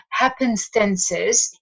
happenstances